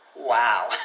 wow